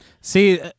See